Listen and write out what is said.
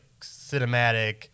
cinematic